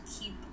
keep